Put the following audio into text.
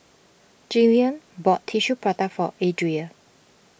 Jillian bought Tissue Prata for Adria